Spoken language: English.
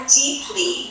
deeply